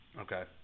Okay